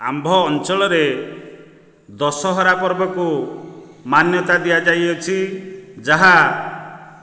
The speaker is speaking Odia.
ଆମ୍ଭ ଅଞ୍ଚଳରେ ଦଶହରା ପର୍ବକୁ ମାନ୍ୟତା ଦିଆଯାଇଅଛି ଯାହା